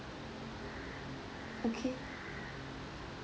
okay